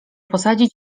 posadzić